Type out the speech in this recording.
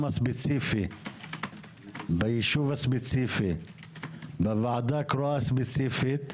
הספציפי בישוב הספציפי בוועדה הקרואה הספציפית,